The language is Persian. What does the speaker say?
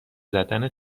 زدن